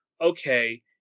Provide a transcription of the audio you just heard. okay